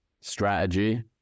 strategy